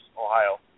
Ohio